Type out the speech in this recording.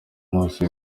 amaso